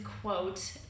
quote